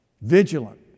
Vigilant